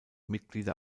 mitglieder